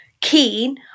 keen